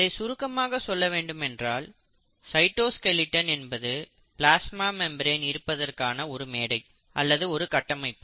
இதை சுருக்கமாக சொல்ல வேண்டுமென்றால் சைட்டோஸ்கெலட்டன் என்பது பிளாஸ்மா மெம்பிரேன் இருப்பதற்கான ஒரு மேடை அல்லது ஒரு கட்டமைப்பு